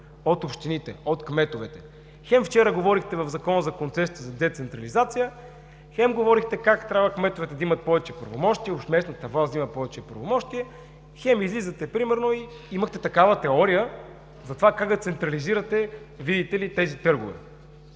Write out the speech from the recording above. от общините, от кметовете. Хем вчера говорехте в Закона за концесиите за децентрализация, хем говорехте как трябва кметовете да имат повече правомощия, уж местната власт да има повече правомощия, хем излизате, примерно, и имахте такава теория за това как да централизирате, видите ли, тези търгове.